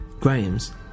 Graham's